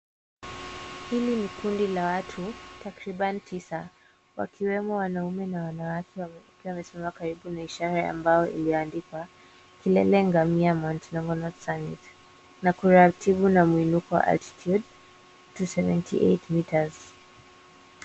Hili ni kundi la watu, takribani tisa , wakiwemo wanaume na wanawake wakiwa wamesimama karibu na ishara ya mbao iliyoandikwa kilele ngamia mt. Longonot service na kuratibu na mwinuko altitude 278 metres .